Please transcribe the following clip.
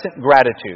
gratitude